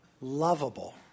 lovable